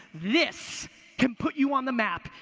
this can put you on the map,